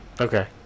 Okay